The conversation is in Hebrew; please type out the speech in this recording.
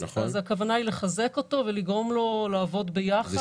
הכוונה היא לחזק אותו ולגרום לו לעבוד ביחד.